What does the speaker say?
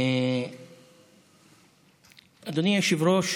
אדוני היושב-ראש,